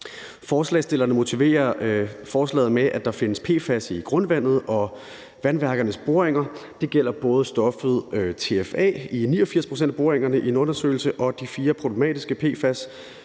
Forslagsstillerne begrunder forslaget med, at der findes PFAS i grundvandet og vandværkernes boringer. Det gælder både stoffet TFA i 89 pct. af boringerne i en undersøgelse og de fire problematiske PFAS'er,